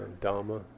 Dharma